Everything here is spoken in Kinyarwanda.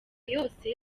yose